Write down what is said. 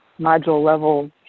module-level